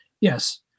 Yes